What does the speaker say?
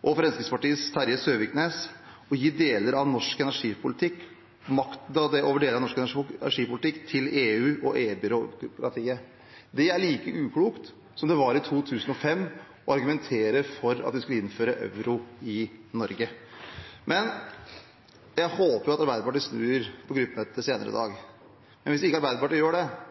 og Fremskrittspartiets Terje Søviknes å gi makten over deler av norsk energipolitikk til EU og EU-byråkratiet. Det er like uklokt som det i 2005 var å argumentere for at vi skulle innføre euro i Norge. Jeg håper at Arbeiderpartiet snur på gruppemøtet senere i dag. Men hvis Arbeiderpartiet ikke gjør det,